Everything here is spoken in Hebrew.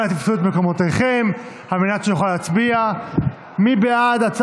אנא תפסו את מקומותיכם על מנת שנוכל להצביע.